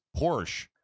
Porsche